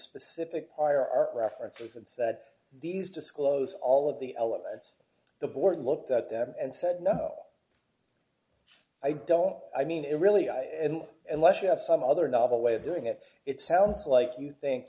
specific pyar are reference a sense that these disclose all of the elements the board looked at that and said no i don't i mean it really and unless you have some other novel way of doing it it sounds like you think